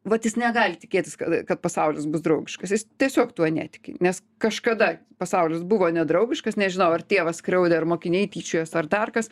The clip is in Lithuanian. vat jis negali tikėtis kad pasaulis bus draugiškas jis tiesiog tuo netiki nes kažkada pasaulis buvo nedraugiškas nežinau ar tėvas skriaudė ir mokiniai tyčiojosi ar dar kas